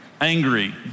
angry